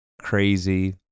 crazy